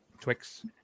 Twix